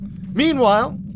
Meanwhile